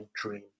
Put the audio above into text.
dream